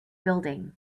building